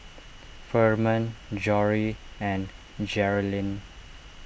Furman Jory and Jerrilyn